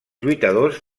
lluitadors